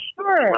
Sure